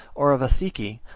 or a vassiki,